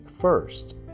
first